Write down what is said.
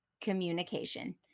Communication